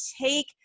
take